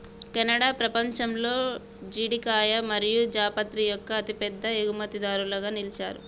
Canada పపంచంలో జీడికాయ మరియు జాపత్రి యొక్క అతిపెద్ద ఎగుమతిదారులుగా నిలిచారు